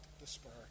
despair